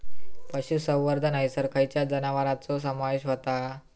पशुसंवर्धन हैसर खैयच्या जनावरांचो समावेश व्हता?